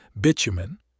bitumen